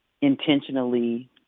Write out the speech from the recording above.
intentionally